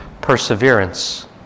perseverance